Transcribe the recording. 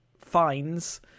fines